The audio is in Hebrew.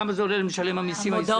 כמה זה עולה למשלם המסים הישראלי,